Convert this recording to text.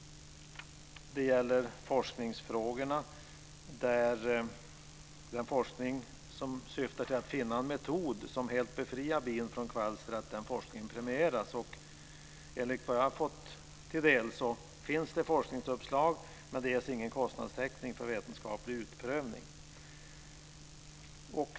Det gäller för det tredje forskningsfrågorna, att den forskning som syftar till att finna en metod som helt befriar bin från kvalster premieras. Enligt vad jag fått mig till del finns det forskningsuppslag, men det ges ingen kostnadstäckning för vetenskaplig utprövning.